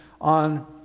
on